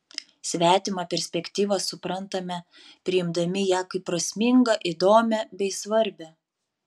svetimą perspektyvą suprantame priimdami ją kaip prasmingą įdomią bei svarbią